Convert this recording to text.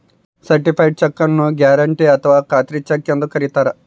certified ಚೆಕ್ಕು ನ್ನು guarantee ಅಥಾವ ಖಾತ್ರಿ ಚೆಕ್ ಎಂದು ಕರಿತಾರೆ